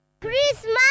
Christmas